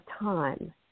time